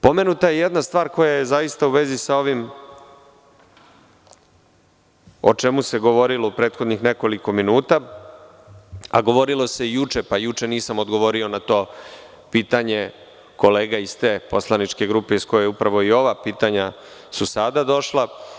Pomenuta je jedna stvar koja je zaista u vezi sa ovim o čemu se govorilo prethodnih nekoliko minuta, a govorilo se i juče, pa juče nisam odgovorio na to pitanje kolega iz te poslaničke grupe, iz koje upravo i ova pitanja su sada došla.